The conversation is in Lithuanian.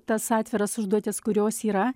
tas atviras užduotis kurios yra